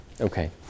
Okay